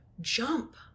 jump